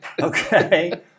Okay